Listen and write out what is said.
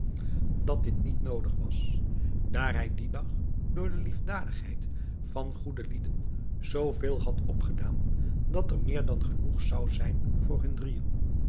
dat dit niet noodig was daar hij dien dag door de liefdadigheid van goede lieden zooveel had opgedaan dat er meer dan genoeg zou zijn voor hun drieën